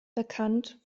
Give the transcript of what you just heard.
bekannt